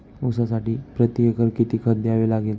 ऊसासाठी प्रतिएकर किती खत द्यावे लागेल?